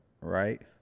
right